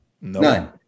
None